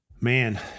Man